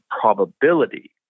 probability